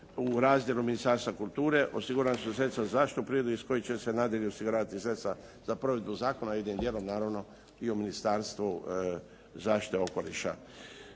u razdjelu Ministarstva kulture, osigurana su sredstva za zaštitu prirode iz kojih će se nadalje osiguravati sredstva za provedbu zakona, jednim dijelom naravno i u Ministarstvu zaštite okoliša.